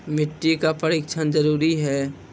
मिट्टी का परिक्षण जरुरी है?